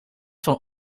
van